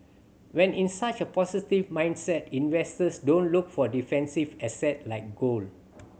when in such a positive mindset investors don't look for defensive asset like gold